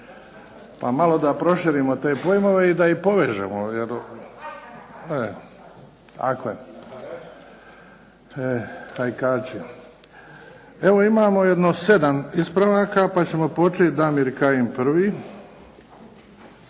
pa malo da proširimo te pojmove i da ih povežemo. Hajkači. Imamo jedno sedam ispravaka, pa ćemo početi Damir Kajin prvi.